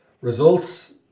results